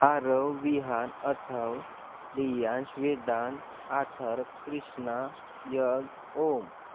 Aarav Vihaan Atharv Riyash Vedant Athar Krishna Yug Om